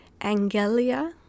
Angelia